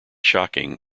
shocking